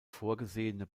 vorgesehene